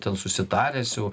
ten susitaręs su